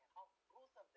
and gruesome that